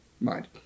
mind